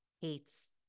hates